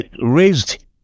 Raised